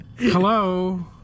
Hello